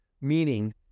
meaning